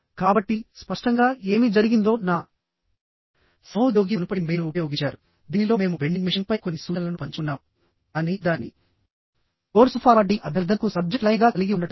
కాబట్టి స్పష్టంగా ఏమి జరిగిందో నా సహోద్యోగి మునుపటి మెయిల్ను ఉపయోగించారు దీనిలో మేము వెండింగ్ మెషీన్పై కొన్ని సూచనలను పంచుకున్నాముకానీ దానిని కోర్సు ఫార్వార్డింగ్ అభ్యర్థనకు సబ్జెక్ట్ లైన్గా కలిగి ఉండటానికి